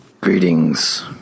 Greetings